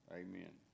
amen